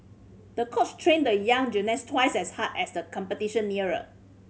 the coach trained the young gymnast twice as hard as the competition neared